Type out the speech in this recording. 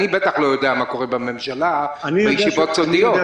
אני בטח לא יודע מה קורה בממשלה, בישיבות סודיות.